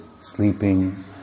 sleeping